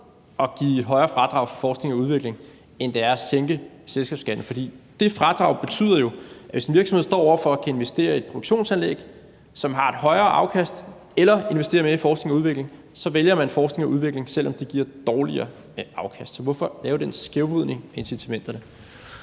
at give højere fradrag til forskning og udvikling, end det er at sænke selskabsskatten. For det fradrag betyder jo, at hvis en virksomhed står over for at skulle investere i produktionsanlæg, som vil give et højere afkast, eller at investere i forskning og udvikling, så vælger man forskning og udvikling, selv om det giver dårligere afkast. Så hvorfor lave den skævvridning af incitamenterne?